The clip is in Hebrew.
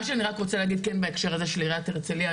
מה שאני רוצה להגיד בהקשר הזה של עיריית הרצליה,